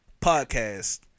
podcast